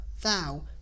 thou